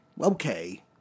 Okay